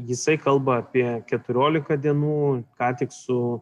jisai kalba apie keturiolika dienų ką tik su